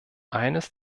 eines